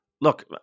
Look